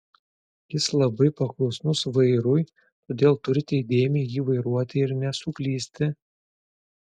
jis labai paklusnus vairui todėl turite įdėmiai jį vairuoti ir nesuklysti